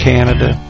Canada